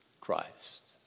Christ